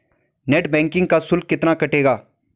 Net banking का शुल्क कितना कटेगा?